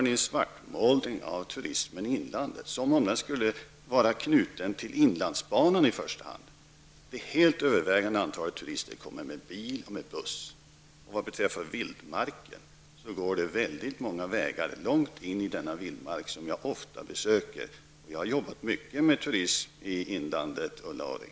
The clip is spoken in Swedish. Ni svartmålar turismen i inlandet som om den skulle vara knuten till inlandsbanan i första hand. Det helt övervägande antalet turister kommer med bil eller buss. Vad beträffar vildmarken går det många vägar långt in i denna vildmark. Jag besöker den ofta, och jag har arbetat mycket med turism i inlandet, Ulla Orring.